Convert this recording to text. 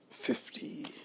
Fifty